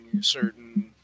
certain